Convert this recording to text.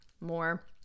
more